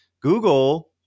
Google